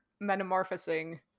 metamorphosing